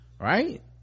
right